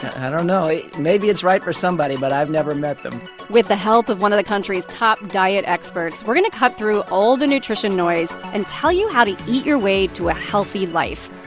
i don't know. maybe it's right for somebody, but i've never met them with the help of one of the country's top diet experts, we're going to cut through all the nutrition noise and tell you how to eat your way to a healthy life.